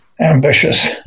ambitious